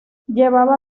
llevaba